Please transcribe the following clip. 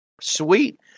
Sweet